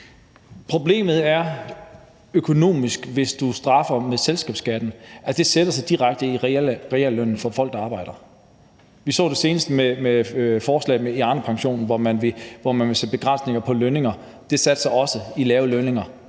Problemet er økonomisk. Hvis du straffer med selskabsskatten, sætter det sig direkte i reallønnen for folk, der arbejder. Vi så det senest med forslaget i Arnepensionen, hvor man vil sætte begrænsninger på lønninger. Det satte sig også i lave lønninger